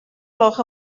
gloch